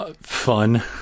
fun